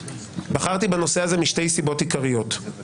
בחרתי בנושא הזה משתי סיבות עיקריות: האחת,